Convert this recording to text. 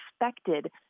expected